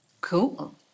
Cool